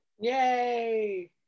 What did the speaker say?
Yay